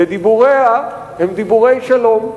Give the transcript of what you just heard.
ודיבוריה הם דיבורי שלום.